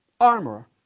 armor